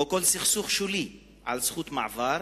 כל סכסוך שולי על זכות מעבר